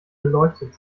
beleuchtet